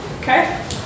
Okay